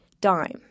dime